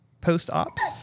post-ops